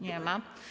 Nie ma.